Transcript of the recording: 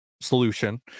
solution